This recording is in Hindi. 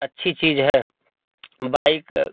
अच्छी चीज़ है बाइक